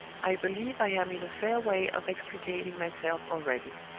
i believe i am in a fair way of extricating myself already.